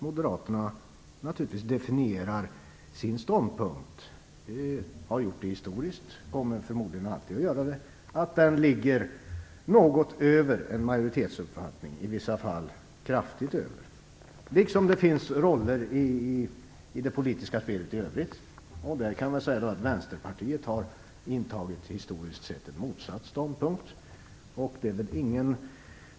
Moderaterna definierar en ståndpunkt - de har gjort det historiskt och kommer förmodligen alltid att göra det - som ligger något över en majoritetsuppfattning, i vissa fall kraftigt över. På samma sätt finns det roller i det politiska spelet i övrigt. Vänsterpartiet har historiskt intagit motsatt ståndpunkt.